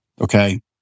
Okay